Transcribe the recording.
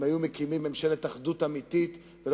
אם היו מקימים ממשלת אחדות אמיתית ולא